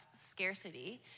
scarcity